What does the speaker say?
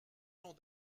l’ont